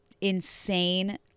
insane